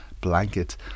blanket